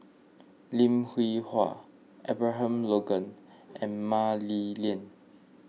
Lim Hwee Hua Abraham Logan and Mah Li Lian